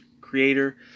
creator